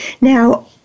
Now